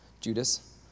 Judas